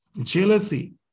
jealousy